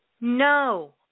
no